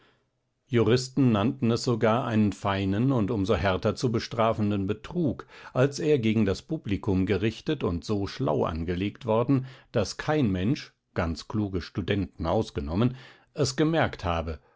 juristen nannten es sogar einen feinen und um so härter zu bestrafenden betrug als er gegen das publikum gerichtet und so schlau angelegt worden daß kein mensch ganz kluge studenten ausgenommen es gemerkt habe